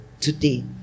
today